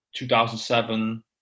2007